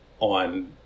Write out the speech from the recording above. on